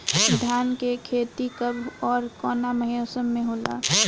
धान क खेती कब ओर कवना मौसम में होला?